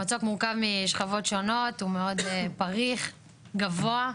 המצוק מורכב משכבות שונות, הוא מאוד פריך, גבוה.